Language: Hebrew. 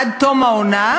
עד תום העונה,